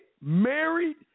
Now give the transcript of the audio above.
married